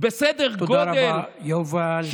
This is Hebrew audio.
בסדר גודל, תודה רבה, יובל.